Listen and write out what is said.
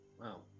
Wow